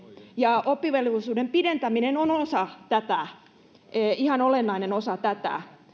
ja oppivelvollisuuden pidentäminen on osa tätä ihan olennainen osa tätä